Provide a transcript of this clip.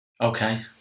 Okay